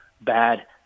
bad